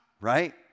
right